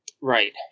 Right